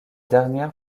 dernière